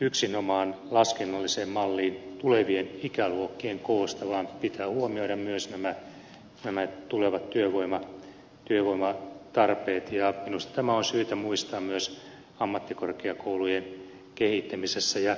yksinomaan laskennalliseen malliin tulevien ikäluokkien koosta vaan pitää huomioida myös nämä tulevat työvoimatarpeet ja minusta tämä on syytä muistaa myös ammattikorkeakoulujen kehittämisessä